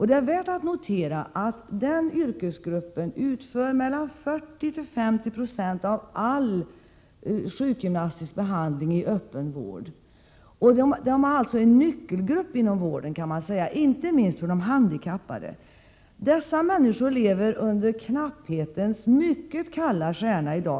Det är värt att notera att den yrkesgruppen utför 40—50 96 av all sjukgymnastisk behandling i öppen vård. Man kan alltså säga att det handlar om en nyckelgrupp inom vården, inte minst för de handikappade. Dessa människor lever under knapphetens mycket kalla stjärna i dag.